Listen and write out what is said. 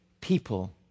people